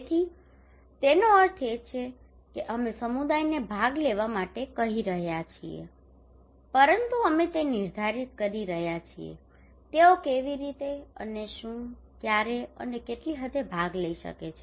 તેથી તેનો અર્થ એ છે કે અમે સમુદાયને ભાગ લેવા માટે કહી રહ્યા છીએ પરંતુ અમે તે નિર્ધારિત કરી રહ્યાં છીએ કે તેઓ કેવી રીતે અને શું ક્યારે અને કેટલી હદે ભાગ લઈ શકે છે